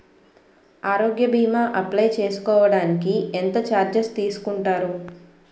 ఆరోగ్య భీమా అప్లయ్ చేసుకోడానికి ఎంత చార్జెస్ తీసుకుంటారు?